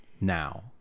now